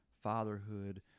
fatherhood